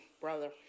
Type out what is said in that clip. brother